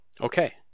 Okay